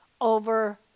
over